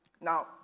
Now